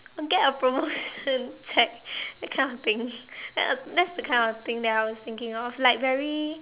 get a promotion check that kind of thing that that's the kind of thing that I was thinking of like very